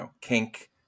kink